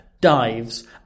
dives